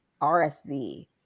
RSV